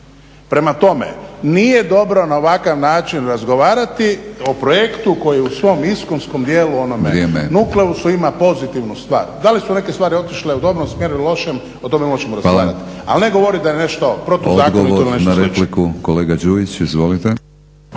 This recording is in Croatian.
Prema tome, nije dobro na ovakav način razgovarati o projektu koji u svom iskonskom dijelu onome nukleusu ima pozitivnu stvar. Da li su neke stvari otišle u dobrom smjeru ili lošem o tome možemo raspravljati, ali ne govoriti da je nešto protuzakonito ili nešto slično. **Batinić, Milorad